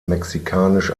mexikanisch